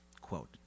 Quote